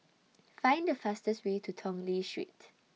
Find The fastest Way to Tong Lee Street